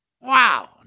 wow